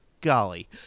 golly